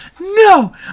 no